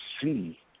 see